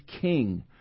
king